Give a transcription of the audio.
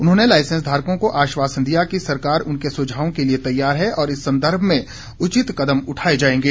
उन्होंने लाईसेंस धारकों को आश्वासन दिया कि सरकार उनके सुझावों के लिए तैयार है और इस सन्दर्भ में उचित कदम उठाए जाएंगे